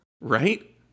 Right